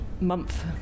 month